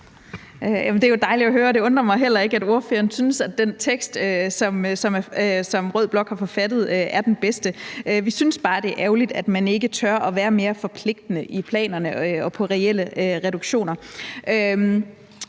Det er jo dejligt at høre. Det undrer mig heller ikke, at ordføreren synes, at den tekst, som rød blok har forfattet, er den bedste. Vi synes bare, det er ærgerligt, at man ikke tør at være mere forpligtende i planerne og på reelle reduktioner.